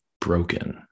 broken